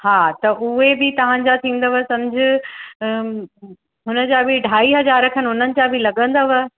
हा त उहे बि तव्हांजा थींदव पंज हुन जा बि ढाई हजार खनि हुननि जा बि लॻंदव